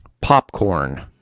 Popcorn